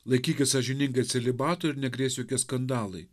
laikykis sąžiningai celibato ir negrės jokie skandalai